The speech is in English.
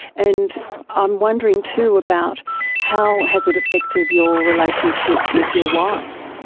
and i'm wondering too about how has it affected your relationship with your wife?